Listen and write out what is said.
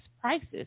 prices